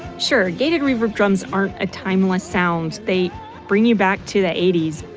sure, gated reverb drums aren't a timeless sound. they bring you back to the eighty s,